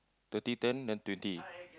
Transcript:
thirty turn then twenty